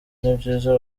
n’ibyiza